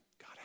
God